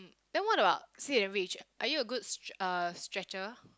then what about sit and reach are you a good str~ uh stretcher